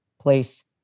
place